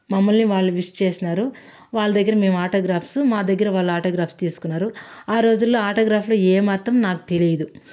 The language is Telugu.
మమ్మల్ని వాళ్ళు విష్ చేసినారు వాళ్ళ దగ్గర మేము ఆటోగ్రాఫ్స్ మా దగ్గర వాళ్ళు ఆటోగ్రాఫ్స్ తీసుకున్నారు ఆ రోజుల్లో ఆటోగ్రాఫ్లు ఏ మాత్రం నాకు తెలీదు